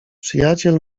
przyjaciel